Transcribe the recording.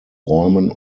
räumen